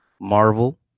Marvel